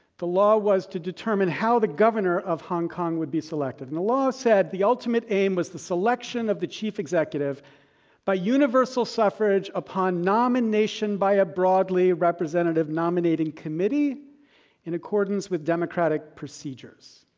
the law was to determine how the governor of hong kong would be selected. and the law said, the ultimate aim is the selection of the chief executive by universal suffrage upon nomination by a broadly representative nominating committee in accordance with democratic procedures.